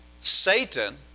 Satan